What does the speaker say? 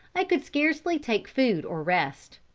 i could scarcely take food or rest.